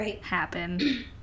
happen